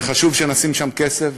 וחשוב שנשים שם כסף.